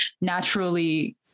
naturally